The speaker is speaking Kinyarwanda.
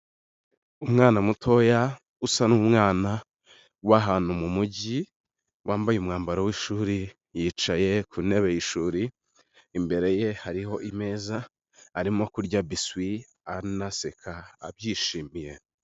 Umwana mutoya, usa n'umwana w'ahantu mu mujyi, wambaye umwambaro w'ishuri, yicaye ku ntebe y'ishuri, imbere ye hariho ameza arimo kurya biswi, arimo kurya anaseka abyishimiye.